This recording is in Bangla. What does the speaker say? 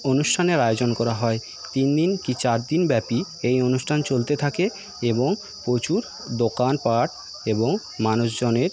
অনুষ্ঠানের আয়োজন করা হয় তিনদিন কি চারদিন ব্যাপি এই অনুষ্ঠান চলতে থাকে এবং প্রচুর দোকানপাট এবং মানুষজনের